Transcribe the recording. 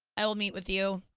i will meet with you.